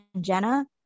jenna